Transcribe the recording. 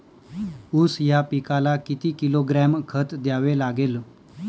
ऊस या पिकाला किती किलोग्रॅम खत द्यावे लागेल?